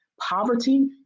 poverty